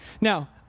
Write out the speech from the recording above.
Now